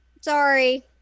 sorry